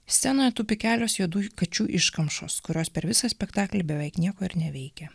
scenoje tupi kelios juodųjų kačių iškamšos kurios per visą spektaklį beveik nieko ir neveikia